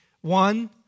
One